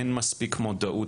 אין מספיק מודעות,